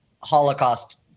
Holocaust